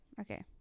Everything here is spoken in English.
okay